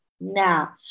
Now